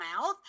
mouth